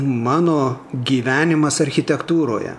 mano gyvenimas architektūroje